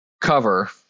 cover